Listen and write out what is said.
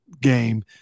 game